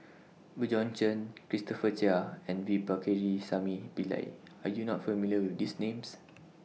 Bjorn Chen Christopher Chia and V Pakirisamy Pillai Are YOU not familiar with These Names